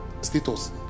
status